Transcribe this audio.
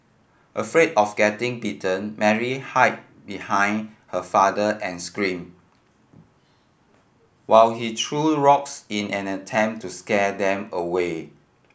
afraid of getting bitten Mary hid behind her father and scream while he threw rocks in an attempt to scare them away